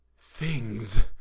Things